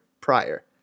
prior